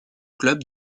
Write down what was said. club